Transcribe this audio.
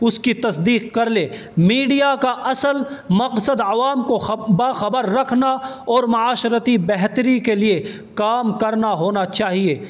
اس کی تصدیق کر لے میڈیا کا اصل مقصد عوام کو باخبر رکھنا اور معاشرتی بہتری کے لیے کام کرنا ہونا چاہیے